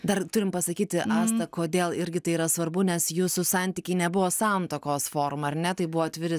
dar turim pasakyti asta kodėl irgi tai yra svarbu nes jūsų santykiai nebuvo santuokos forma ar ne tai buvo atviri